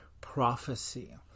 prophecy